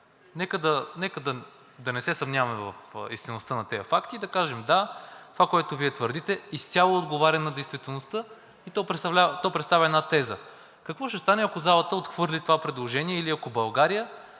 нека да не се съмняваме в истинността на тези факти. Да кажем – да, това, което Вие твърдите, изцяло отговаря на действителността и то представя една теза. Какво ще стане, ако залата отхвърли това предложение или ако България